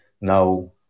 Now